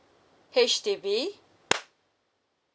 H_D_B